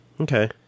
Okay